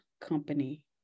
company